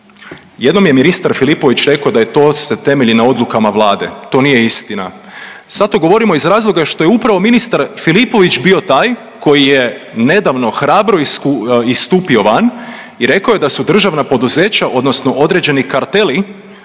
Jednom je ministar Filipović rekao da je to se temelji na odlukama Vlade, to nije istina. Sad to govorimo iz razloga što je upravo ministar Filipović bio taj koji je nedavno hrabro istupio van i rekao da su državna poduzeća odnosno određeni karteli